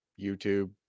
YouTube